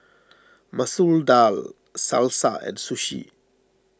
Masoor Dal Salsa and Sushi